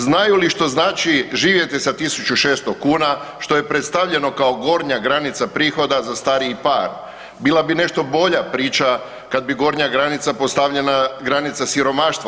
Znaju li što znači živjeti sa 1.600 kuna, što je predstavljeno kao gornja granica prihoda za stariji par, bila bi nešto bolja priča kada bi gornja granica postavljena granica siromaštva